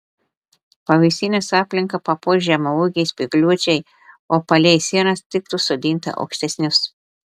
pavėsinės aplinką papuoš žemaūgiai spygliuočiai o palei sienas tiktų sodinti aukštesnius